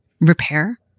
Repair